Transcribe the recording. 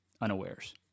unawares